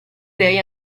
dei